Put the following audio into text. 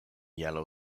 yellow